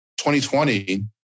2020